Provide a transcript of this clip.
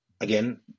again